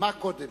מה קודם?